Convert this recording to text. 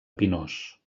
pinós